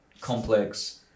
complex